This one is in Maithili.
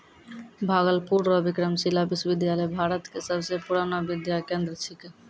भागलपुर रो विक्रमशिला विश्वविद्यालय भारत के सबसे पुरानो विद्या केंद्र छिकै